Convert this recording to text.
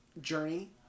journey